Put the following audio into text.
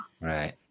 Right